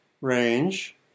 range